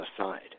aside